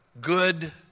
Good